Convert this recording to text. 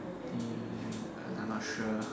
thing I'm not sure